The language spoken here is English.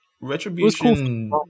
retribution